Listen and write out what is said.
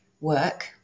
work